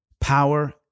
power